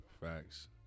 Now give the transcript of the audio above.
facts